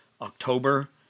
October